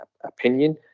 opinion